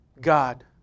God